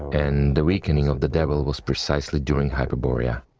and the weakening of the devil was precisely during hyperborea.